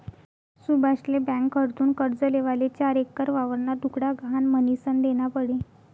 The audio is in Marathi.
सुभाषले ब्यांककडथून कर्ज लेवाले चार एकर वावरना तुकडा गहाण म्हनीसन देना पडी